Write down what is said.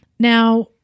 Now